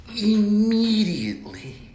Immediately